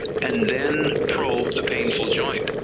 and then probe the painful joint,